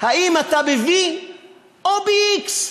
האם אתה עם v או x.